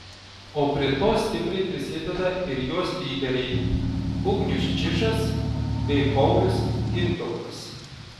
o prie to stipriai prisideda ir jos lyderiai ugnius čižas bei paulius gintautas